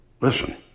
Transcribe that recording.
Listen